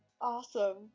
Awesome